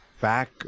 back